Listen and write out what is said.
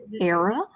era